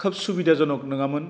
खोब सुबिदा जनक नङामोन